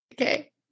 Okay